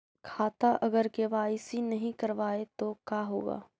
खाता अगर के.वाई.सी नही करबाए तो का होगा?